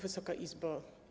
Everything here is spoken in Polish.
Wysoka Izbo!